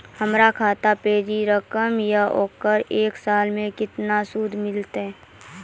हमर खाता पे जे रकम या ओकर एक साल मे केतना सूद मिलत?